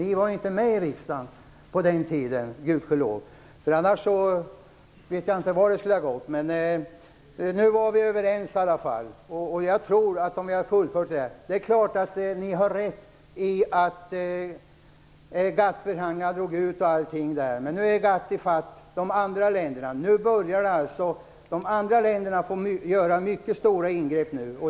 Kds var inte med i riksdagen på den tiden, gudskelov. Hade ni varit det vet jag inte hur det skulle ha gått. Vi var i alla fall överens, och jag tror att det hade blivit bra om vi hade fullföljt det. Det är klart att ni har rätt i att GATT förhandlingarna drog ut på tiden. Nu är GATT ifatt de andra länderna. De andra länderna får göra mycket stora ingrepp nu.